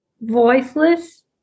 voiceless